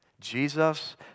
Jesus